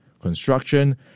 construction